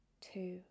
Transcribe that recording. two